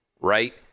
right